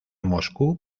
moscú